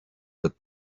but